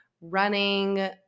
running